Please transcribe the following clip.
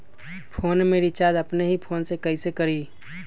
Phone में recharge अपने ही फ़ोन से कईसे करी?